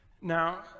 Now